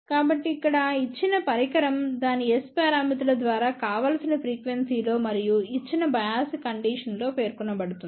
కాబట్టి ఇక్కడ ఇచ్చిన పరికరం దాని S పారామితుల ద్వారా కావలసిన ఫ్రీక్వెన్సీ లో మరియు ఇచ్చిన బయాసింగ్ కండీషన్స్ లో పేర్కొనబడుతుంది